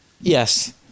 Yes